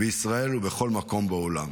בישראל ובכל מקום בעולם.